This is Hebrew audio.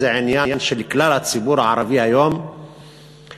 זה עניין של כלל הציבור הערבי היום שמתנגד